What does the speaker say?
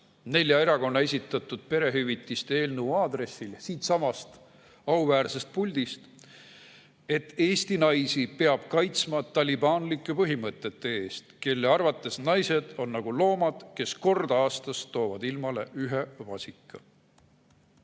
nelja erakonna esitatud perehüvitiste eelnõu kriitikaks siitsamast auväärsest puldist, et Eesti naisi peab kaitsma talibanlike põhimõtete eest, mille järgi naised on nagu loomad, kes kord aastas toovad ilmale ühe vasika.